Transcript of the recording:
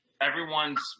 everyone's